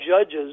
judges